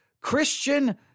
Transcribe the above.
Christian